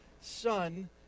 son